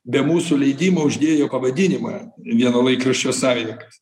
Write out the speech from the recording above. be mūsų leidimo uždėjo pavadinimą vieno laikraščio savininkas